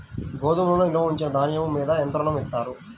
గోదాములో నిల్వ ఉంచిన ధాన్యము మీద ఎంత ఋణం ఇస్తారు?